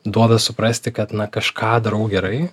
duoda suprasti kad na kažką darau gerai